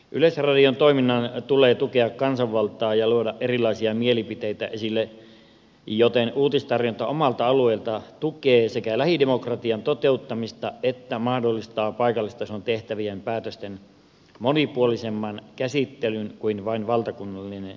yleisradion toiminnan tulee tukea kansanvaltaa ja tuoda erilaisia mielipiteitä esille joten uutistarjonta omalta alueelta tukee sekä lähidemokratian toteuttamista että mahdollistaa paikallistasolla tehtävien päätösten monipuolisemman käsittelyn kuin vain valtakunnallinen uutistarjonta